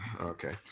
Okay